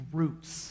roots